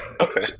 okay